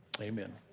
Amen